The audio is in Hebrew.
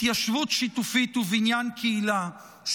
התיישבות שיתופית ובניין קהילה,